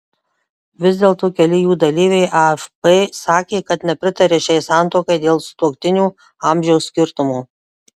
vis dėlto keli jų dalyviai afp sakė kad nepritaria šiai santuokai dėl sutuoktinių amžiaus skirtumo